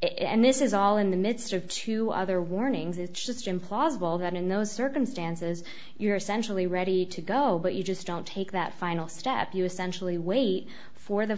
and this is all in the midst of two other warnings is just implausible that in those circumstances you're essentially ready to go but you just don't take that final step you essentially wait for the